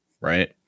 right